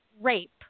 rape